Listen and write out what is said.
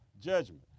judgment